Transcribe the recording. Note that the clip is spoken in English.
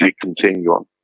continuum